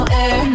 air